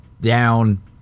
down